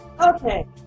Okay